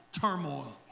turmoil